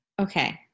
Okay